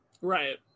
right